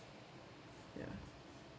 yeah